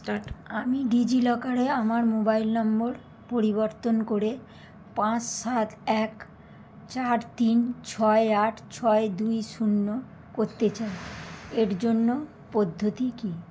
আমি ডিজিলকারে আমার মোবাইল নম্বর পরিবর্তন করে পাঁচ সাত এক চার তিন ছয় আট ছয় দুই শূন্য করতে চাই এর জন্য পদ্ধতি কী